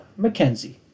McKenzie